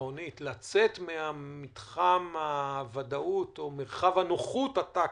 הביטחונית לצאת ממרחב הנוחות הטקטי,